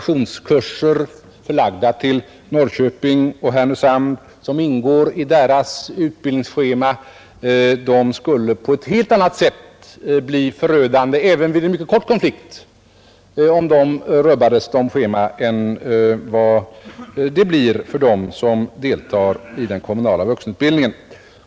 Till Norrköping och Härnösand är koncentrationskurser förlagda, och även en mycket kort konflikt skulle bli förödande om utbildningsschemat därigenom rubbades. Detta gäller inte för dem som deltar i den kommunala vuxenutbildningen.